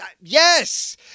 Yes